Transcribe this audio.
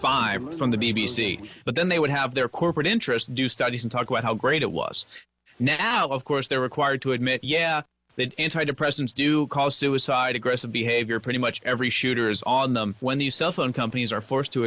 five from the b b c but then they would have their corporate interests do studies and talk about how great it was now of course they're required to admit yeah that antidepressants do cause suicide aggressive behavior pretty much every shooters on them when these cell phone companies are forced to